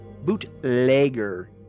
bootlegger